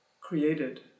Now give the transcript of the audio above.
Created